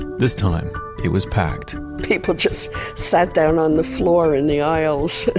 this time it was packed people just sat down on the floor in the aisles.